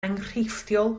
enghreifftiol